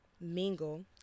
mingle